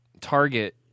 Target